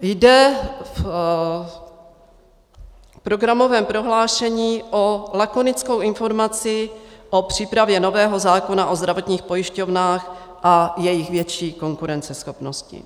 Jde v programovém prohlášení o lakonickou informaci o přípravě nového zákona o zdravotních pojišťovnách a jejich větší konkurenceschopnosti.